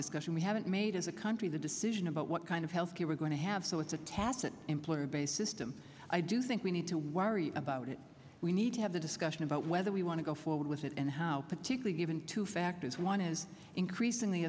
discussion we haven't made as a country the decision about what kind of health care we're going to have so it's a tacit employer based system i do think we need to worry about it we need to have the discussion about whether we want to go forward with it and how particularly given two factors one is increasing the